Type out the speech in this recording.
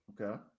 Okay